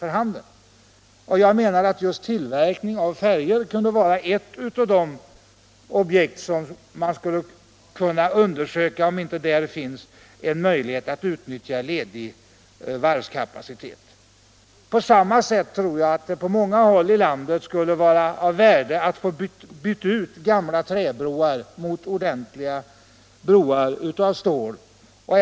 Jag menar därför att just tillverkning av färjor kunde vara ett objekt när det gäller att utnyttja den lediga varvskapaciteten. Likaså tror jag att det på många håll i landet skulle vara av värde att få gamla träbroar utbytta mot ordentliga stålbroar.